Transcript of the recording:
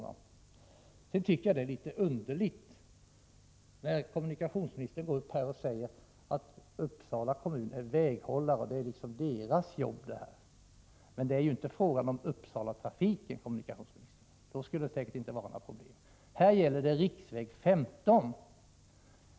Sedan vill jag säga att jag tycker det är litet underligt att kommunikationsministern säger att Uppsala kommun är väghållare och att det därför är kommunens sak att lösa frågan. Det är ju inte Uppsalatrafiken det handlar om, kommunikationsministern, utan här gäller det riksväg 55.